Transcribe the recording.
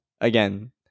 again